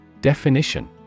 Definition